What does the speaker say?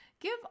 Give